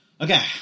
Okay